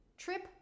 Trip